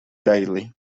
daily